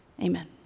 Amen